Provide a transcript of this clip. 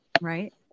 Right